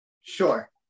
sure